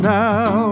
now